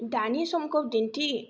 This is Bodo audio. दानि समखौ दिन्थि